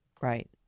Right